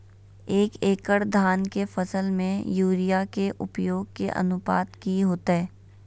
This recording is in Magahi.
एक एकड़ धान के फसल में यूरिया के उपयोग के अनुपात की होतय?